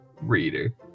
reader